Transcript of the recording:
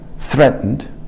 threatened